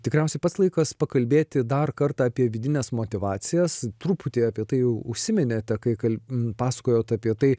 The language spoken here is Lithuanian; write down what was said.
tikriausiai pats laikas pakalbėti dar kartą apie vidines motyvacijas truputį apie tai jau užsiminėte kai kal pasakojote apie tai